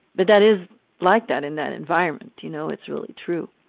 but that is like that in that environment, you know. it's really true.